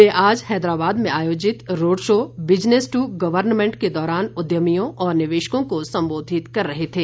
वे आज हैदराबाद में आयोजित road show business to government के दौरान उद्यमियों और निवेशकों को संबोधित कर रहे थे